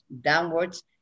downwards